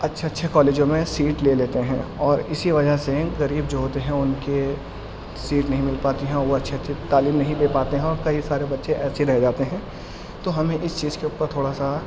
اچھے اچھے کالجوں میں سیٹ لے لیتے ہیں اور اسی وجہ سے غریب جو ہوتے ہیں ان کے سیٹ نہیں مل پاتی ہیں وہ اچھے اچھے تعلیم نہیں لے پاتے ہیں اور کئی سارے بچے ایسے ہی رہ جاتے ہیں تو ہمیں اس چیز کے اوپر تھوڑا سا